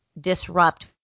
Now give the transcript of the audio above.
disrupt